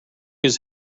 his